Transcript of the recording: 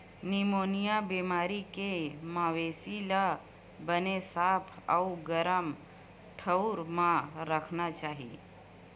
pneumonia बेमारी के मवेशी ल बने साफ अउ गरम ठउर म राखना चाही